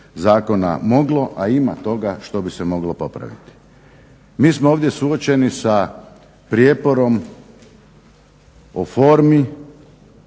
zakona moglo, a ima toga što bi se moglo popraviti. Mi smo ovdje suočeni sa prijeporom o formi,